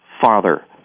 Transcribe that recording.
father